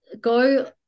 Go